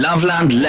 Loveland